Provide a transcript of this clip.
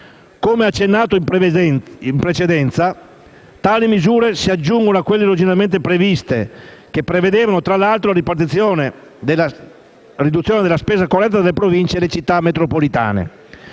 Come accennato in precedenza, tali misure si aggiungono a quelle originarie che prevedevano, fra l'altro, la ripartizione della riduzione della spesa corrente tra le Province e le Città metropolitane.